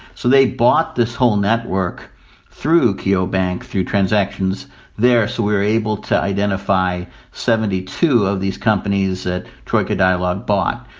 so they bought this whole network through ukio bank through transactions there. so we were able to identify seventy two of these companies that troika dialog bought,